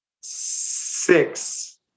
six